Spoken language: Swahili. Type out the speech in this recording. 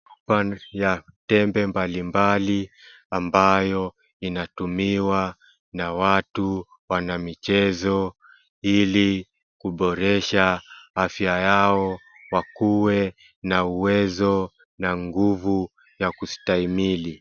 Tembe mbalimbali ambayo inatumiwa na watu, wanamichezo, ili kuboresha afya yao wakuwe na uwezo na nguvu ya kustahimili.